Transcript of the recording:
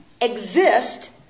Exist